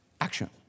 action